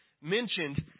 mentioned